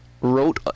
wrote